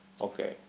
Okay